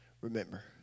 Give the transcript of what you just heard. remember